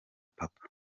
papa